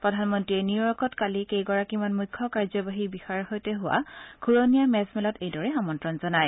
প্ৰধানমন্ত্ৰীয়ে নিউৰ্য়কত কালি কেইগৰাকীমান মুখ্য কাৰ্যবাহী বিষয়াৰ সৈতে হোৱা ঘূৰণীয়া মেজমেলত এইদৰে আমন্ত্ৰণ জনায়